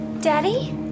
Daddy